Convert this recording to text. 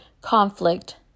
conflict